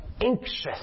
anxious